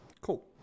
Cool